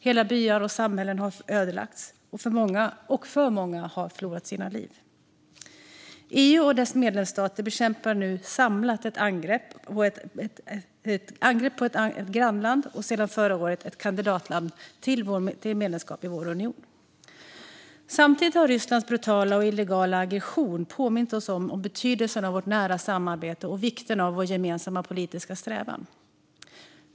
Hela byar och samhällen har ödelagts, och alltför många har förlorat livet. EU och dess medlemsstater bekämpar nu samlat ett angrepp på ett grannland som sedan förra året är kandidatland till medlemskap i vår union. Samtidigt har Rysslands brutala och illegala aggression påmint oss om betydelsen av vårt nära samarbete och vikten av vår gemensamma politiska strävan.